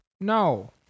No